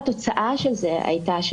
התשובה החד משמעית בפסיקה היא שלא.